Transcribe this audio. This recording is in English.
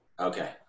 okay